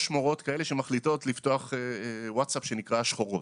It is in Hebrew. מורות כאלה שמחליטות לפתוח וואטסאפ שנקרא שחורות.